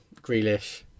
Grealish